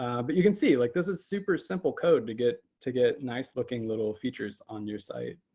um but you can see, like this it's super simple code to get to get nice looking little features on your site.